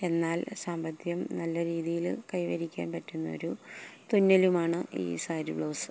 എന്നാൽ സാമ്പത്തികം നല്ല രീതിയില് കൈവരിക്കാൻ പറ്റുന്നൊരു തുന്നലുമാണ് ഈ സാരി ബ്ലൗസ്